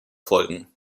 folgen